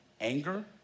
Anger